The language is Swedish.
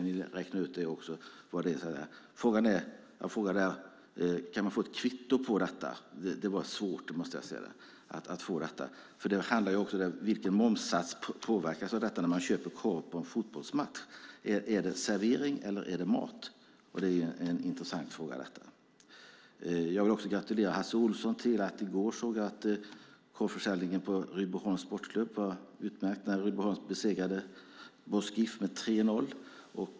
Jag frågade om jag kunde få ett kvitto på det. Men det var svårt. Frågan är vilken momssats som gäller när man köper korv på en fotbollsmatch. Handlar det om servering eller mat? Det är en intressant fråga. Jag vill också gratulera Hasse Olsson eftersom jag i går såg att korvförsäljningen för Rydboholms sportklubb gick utmärkt när Rydboholms SK besegrade Borås GIF med 3-0.